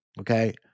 Okay